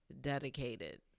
dedicated